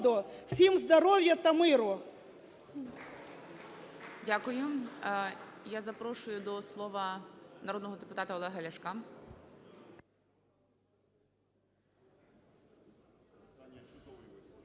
Всім здоров'я та миру!